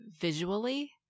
visually